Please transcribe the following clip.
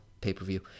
pay-per-view